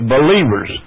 Believers